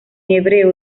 hebreo